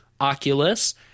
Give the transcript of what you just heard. oculus